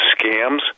scams